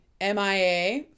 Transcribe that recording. MIA